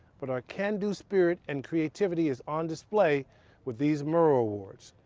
but our can do spirit and creativity is on display with these murrow awards.